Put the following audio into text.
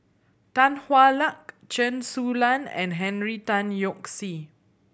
Tan Hwa Luck Chen Su Lan and Henry Tan Yoke See